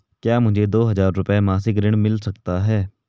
क्या मुझे दो हज़ार रुपये मासिक ऋण मिल सकता है?